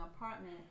apartment